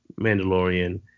Mandalorian